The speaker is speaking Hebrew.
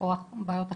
או בעיות אחרות.